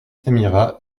semeria